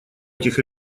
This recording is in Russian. этих